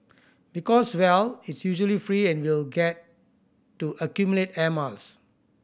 because well it's usually free and we'll get to accumulate air miles